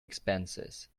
expenses